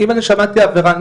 אם אני שמעתי על עבירה,